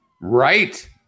Right